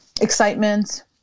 Excitement